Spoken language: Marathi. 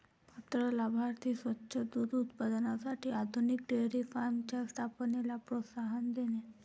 पात्र लाभार्थी स्वच्छ दूध उत्पादनासाठी आधुनिक डेअरी फार्मच्या स्थापनेला प्रोत्साहन देणे